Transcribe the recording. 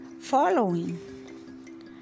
following